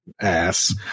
ass